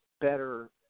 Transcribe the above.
better